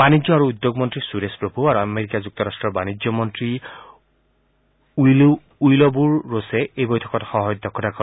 বাণিজ্য আৰু উদ্যোগমন্ত্ৰী সুৰেশ প্ৰভূ আৰু আমেৰিকা যুক্তৰ্ট্ৰৰ বাণিজ্য মন্ত্ৰী শ্ৰীউইলবুৰ ৰোছে এই বৈঠকত সহ অধ্যক্ষতা কৰে